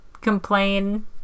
complain